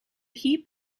heap